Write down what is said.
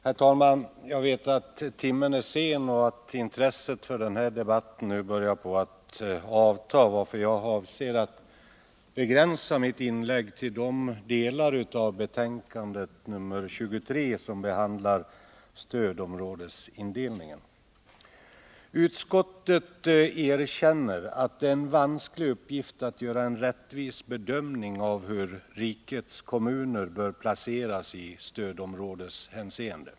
Herr talman! Jag vet att timmen är sen och att intresset för den här debatten nu börjar på att avta, varför jag avser att begränsa mitt inlägg till de delar av betänkandet nr 23 som behandlar stödområdesindelningen. Utskottet erkänner att det är en vansklig uppgift att göra en rättvis bedömning av hur rikets kommuner bör placeras i stödområdeshänseende.